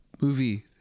movie